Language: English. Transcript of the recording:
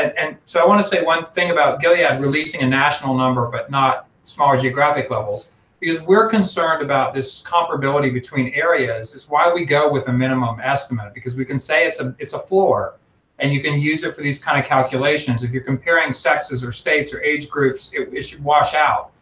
and and so i wanna say one thing about gilead releasing a national number but not smaller geographic levels is we're concerned about this comparability between areas is why we go with a minimum estimate because we can say it's ah it's a floor and you can use it for these kind of calculations. if you're comparing sexes or states or age groups, it should wash out.